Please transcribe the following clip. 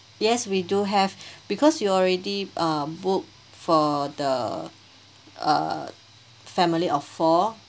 yes we do have because you already uh booked for the uh family of four